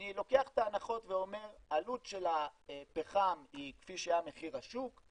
אני לוקח את ההנחות ואומר שהעלות של הפחם היא כפי שהיה מחיר השוק,